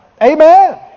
Amen